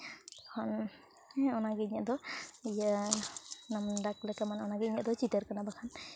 ᱚᱱᱟᱜᱮ ᱤᱧᱟᱹᱜ ᱫᱚ ᱤᱭᱟᱹ ᱱᱟᱢᱰᱟᱠ ᱞᱮᱠᱟ ᱢᱟᱱᱮ ᱚᱱᱟᱜᱮ ᱤᱧᱟᱹᱜ ᱫᱚ ᱪᱤᱛᱟᱹᱨ ᱠᱟᱱᱟ ᱵᱟᱠᱷᱟᱱ